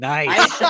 Nice